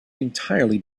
entirely